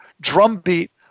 drumbeat